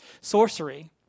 Sorcery